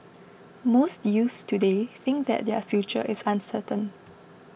most youths today think that their future is uncertain